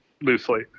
loosely